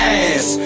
ass